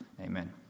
Amen